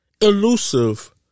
elusive